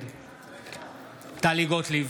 נגד טלי גוטליב,